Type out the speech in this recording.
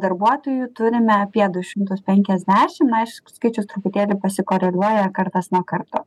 darbuotojų turime apie du šimtus penkiasdešim aišku skaičius truputėlį pasikoreguoja kartas nuo karto